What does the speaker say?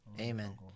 Amen